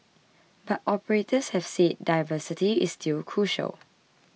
but operators have said diversity is still crucial